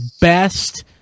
best